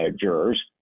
jurors